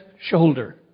shoulder